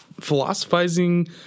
philosophizing